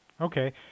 Okay